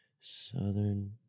southern